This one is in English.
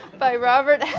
by robert